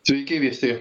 sveiki visi